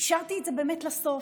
השארתי את זה באמת לסוף.